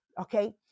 okay